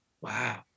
Wow